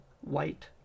White